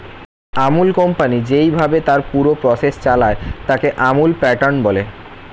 আমূল company যেইভাবে তার পুরো প্রসেস চালায়, তাকে আমূল প্যাটার্ন বলে